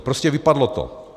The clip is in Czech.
Prostě vypadlo to.